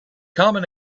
common